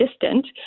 distant